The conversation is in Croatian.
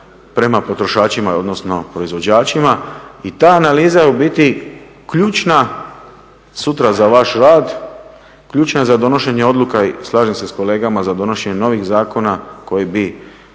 prema potrošačima, odnosno proizvođačima i ta analiza je u biti ključna sutra za vaš rad, ključna za donošenje odluka i slažem se s kolegama, za donošenje novih zakona koji bi